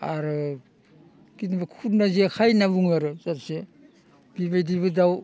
आरो बिदिनो जेखाइ होनना बुङो आरो जाथोसे बिबायदिबो दाउ